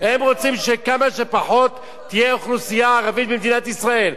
הם רוצים שכמה שפחות תהיה אוכלוסייה ערבית במדינת ישראל.